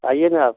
आइए ना आप